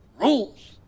rules